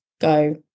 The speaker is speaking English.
go